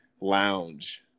lounge